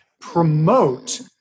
promote